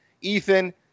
Ethan